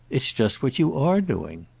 it's just what you are doing.